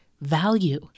Value